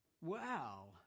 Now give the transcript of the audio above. wow